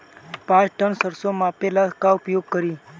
पाँच टन सरसो मापे ला का उपयोग करी?